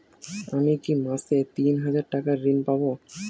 আমি কি মাসে তিন হাজার টাকার ঋণ পাবো?